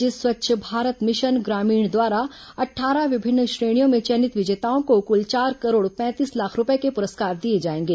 राज्य स्वच्छ भारत मिशन ग्रामीण द्वारा अट्ठारह विभिन्न श्रेणियों में चयनित विजेताओं को कुल चार करोड़ पैंतीस लाख रूपए के पुरस्कार दिए जाएंगे